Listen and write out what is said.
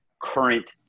current